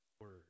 word